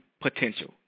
potential